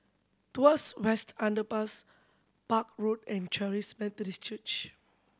Tuas West Underpass Park Road and Charis Methodist Church